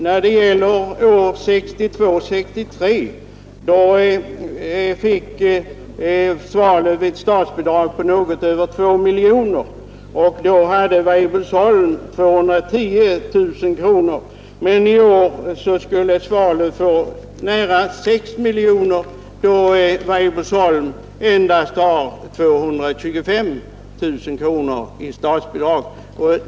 För budgetåret 1962/63 fick Svalöv ett Torsdagen den statsbidrag på något över 2 miljoner kronor och då hade Weibullsholm 6 april 1972 210 000 kronor; i år skulle Svalöv få nära 6 miljoner kronor och Weibullsholm endast 225 000 kronor i statsbidrag.